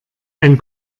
ein